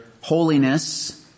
holiness